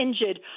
injured